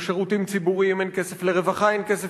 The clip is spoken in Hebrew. לשירותים ציבוריים אין כסף,